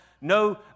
no